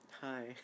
Hi